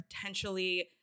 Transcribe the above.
potentially